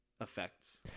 effects